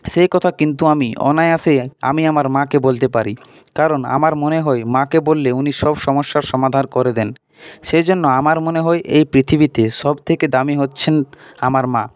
সেই কথা কিন্তু আমি অনায়াসেই আমি আমার মাকে বলতে পারি কারণ আমার মনে হয় মাকে বললে উনি সব সমস্যার সমাধান করে দেন সেই জন্য আমার মনে হয় এই পৃথিবীতে সবথেকে দামী হচ্ছেন আমার মা